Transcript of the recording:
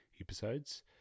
episodes